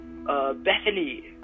Bethany